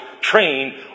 trained